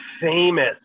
famous